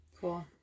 cool